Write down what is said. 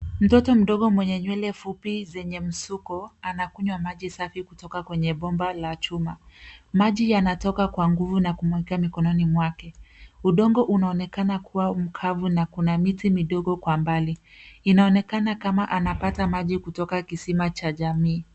Mtoto mdogo mwenye nywele fupi zenye msuko anakunywa maji safi kutoka kwenye bomba la chuma. Maji yanatoka kwa nguvu na kumwagika mikononi mwake. Udongo unaonekana kuwa mkavu na kuna miti midogo kwa mbali. Inaonekana kama anapata maji kutoka kisima cha jamii.